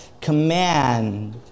command